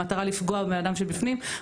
במטרה לפגוע באדם שבפנים,